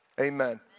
Amen